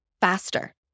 faster